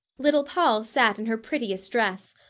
little poll sat in her prettiest dress,